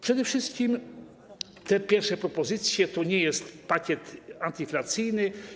Przede wszystkim te pierwsze propozycje to nie jest pakiet antyinflacyjny.